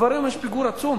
כבר היום יש פיגור עצום,